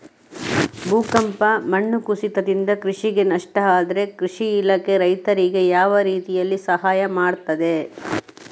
ಭೂಕಂಪ, ಮಣ್ಣು ಕುಸಿತದಿಂದ ಕೃಷಿಗೆ ನಷ್ಟ ಆದ್ರೆ ಕೃಷಿ ಇಲಾಖೆ ರೈತರಿಗೆ ಯಾವ ರೀತಿಯಲ್ಲಿ ಸಹಾಯ ಮಾಡ್ತದೆ?